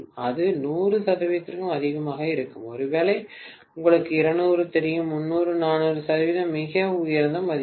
அது 100 சதவீதத்திற்கும் அதிகமாக இருக்கும் ஒருவேளை உங்களுக்கு 200 தெரியும் 300 400 சதவீதம் மிக உயர்ந்த மதிப்புகள்